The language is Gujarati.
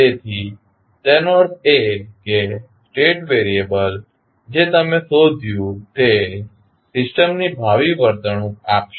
તેથી તેનો અર્થ એ કે સ્ટેટ વેરિયેબલ જે તમે શોધ્યુ તે સિસ્ટમની ભાવિ વર્તણૂક આપશે